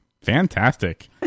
Fantastic